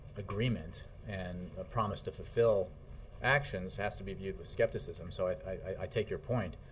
agreement and a promise to fulfill actions has to be viewed with skepticism, so i take your point.